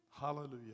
hallelujah